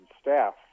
staff